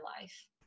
life